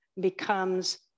becomes